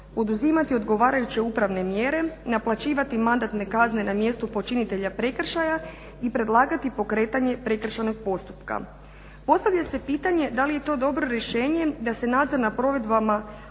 poduzimati odgovarajuće upravne mjere, naplaćivati mandatne kazne na mjestu počinitelja prekršaja i predlagati pokretanje prekršajnog postupka. Postavlja se pitanje da li je to dobro rješenje da se nadzor nad provedbama